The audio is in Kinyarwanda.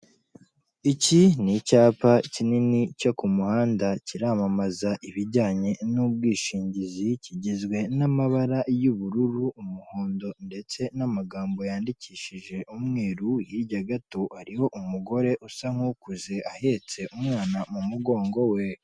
Iki ni icyapa kinini cyo ku muhanda kiramamaza ibijyanye n'ubwishingizi, kigizwe n'amabara y'ubururu n'umuhondo, ndetse n'amagambo yandikishije umweru. Hirya gato hariho umugore usa nk'ukuze, ahetse umwana mu mugongo we.